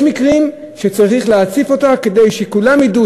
אבל יש מקרים שצריך להציף כדי שכולם ידעו